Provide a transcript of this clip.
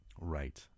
Right